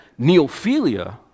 neophilia